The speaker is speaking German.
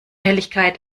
helligkeit